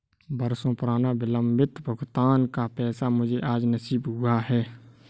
बरसों पुराना विलंबित भुगतान का पैसा मुझे आज नसीब हुआ है